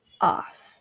off